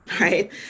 right